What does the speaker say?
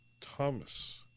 Thomas